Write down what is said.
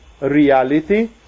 reality